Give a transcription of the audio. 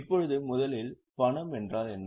இப்போது முதலில் பணம் என்றால் என்ன